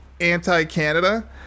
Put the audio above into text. anti-Canada